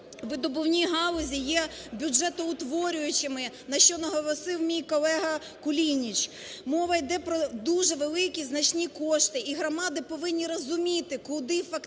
видобувні галузі є бюджетоутворюючими, на що наголосив мій колега Кулініч. Мова йде про дуже великі значні кошти, і громади повинні розуміти, куди фактично